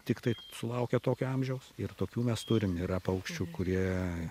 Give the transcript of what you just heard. tiktai sulaukę tokio amžiaus ir tokių mes turim yra paukščių kurie